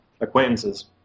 acquaintances